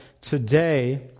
today